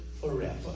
forever